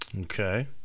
Okay